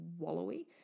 wallowy